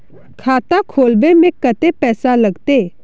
खाता खोलबे में कते पैसा लगते?